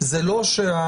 זה לא שהמשקיעים,